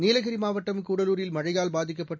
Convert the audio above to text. நீலகிரி மாவட்டம் கூடலூரில் மழையால் பாதிக்கப்பட்டு